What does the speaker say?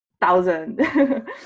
thousand